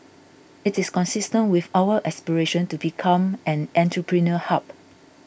it is consistent with our aspiration to become an entrepreneurial hub